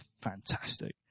fantastic